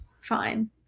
Fine